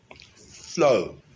flow